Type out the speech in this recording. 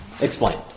Explain